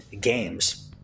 games